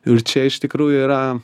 ir čia iš tikrųjų yra